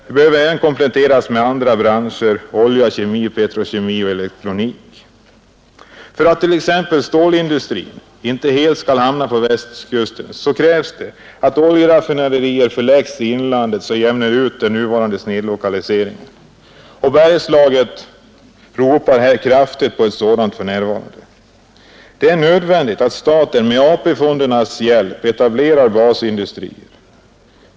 Det behövs även komplettering med andra branscher, såsom olja, kemi, petrokemi och elektronik. För att t.ex. stålindustrin inte helt skall hamna på Västkusten krävs att oljeraffinaderier förläggs i inlandet, så att den nuvarande snedlokaliseringen utjämnas. Bergslagen ropar kraftigt på en sådan industri för närvarande. Det är nödvändigt att staten med AP-fondernas hjälp etablerar basindustrier.